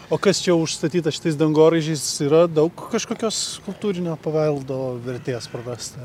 o kas čia užstatyta šitais dangoraižiais yra daug kažkokios kultūrinio paveldo vertės prarasta